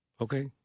okay